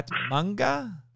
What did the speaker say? manga